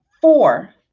Four